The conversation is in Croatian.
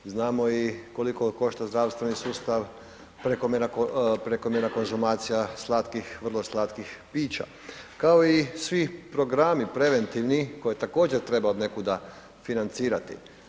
Znamo i koliko košta zdravstveni sustav prekomjerna konzumacija slatkih, vrlo slatkih pića kao i svi programi preventivni koje također treba od nekuda financirati.